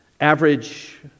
average